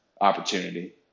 opportunity